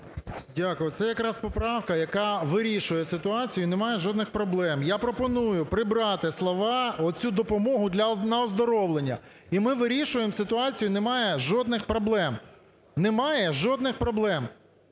Дякую. Це якраз поправка, яка вирішує ситуацію і немає жодних проблем. Я пропоную прибрати слова, оцю допомогу на оздоровлення. І ми вирішуємо ситуацію, немає жодних проблем. Немає жодних проблем.